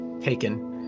taken